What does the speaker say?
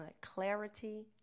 clarity